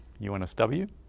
UNSW